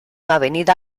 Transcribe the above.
avenida